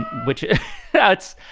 which yeah gets.